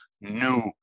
new